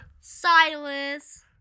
Silas